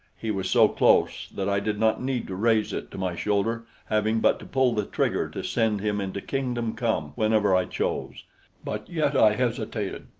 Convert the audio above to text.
he was so close that i did not need to raise it to my shoulder, having but to pull the trigger to send him into kingdom come whenever i chose but yet i hesitated.